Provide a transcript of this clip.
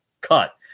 cut